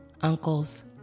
uncles